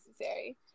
necessary